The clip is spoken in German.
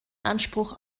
anspruch